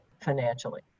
financially